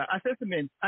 Assessment